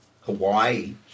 Hawaii